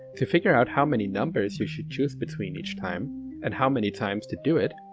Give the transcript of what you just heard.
to figure out how many numbers you should choose between each time, and how many times to do it,